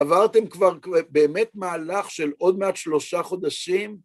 עברתם כבר באמת מהלך של עוד מעט שלושה חודשים.